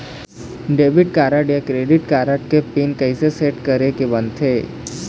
Debit card या credit card के PIN कइसे सेट करे के बनते?